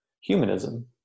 humanism